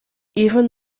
even